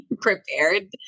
prepared